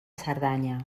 cerdanya